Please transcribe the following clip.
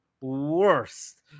worst